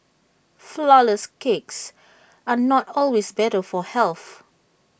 Flourless Cakes are not always better for health